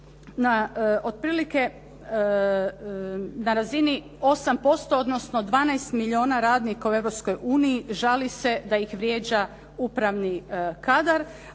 na otprilike na razini 8% odnosno 12 milijuna radnika u Europskoj uniji žali se da ih vrijeđa upravni kadar